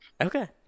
okay